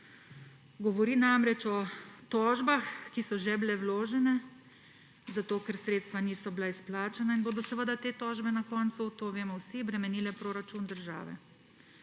Govori namreč o tožbah, ki so že bile vložene, ker sredstva niso bila izplačana; in bodo seveda te tožbe na koncu – to vemo vsi – bremenile proračun države.